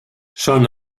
són